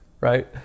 Right